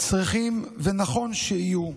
צריכים להיות, ונכון שיהיו,